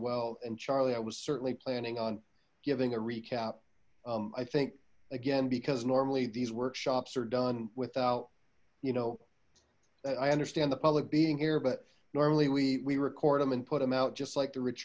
well and charlie i was certainly planning on giving a recap i think again because normally these workshops are done without you know i understand the public being here but normally we we record them and put them out just like the r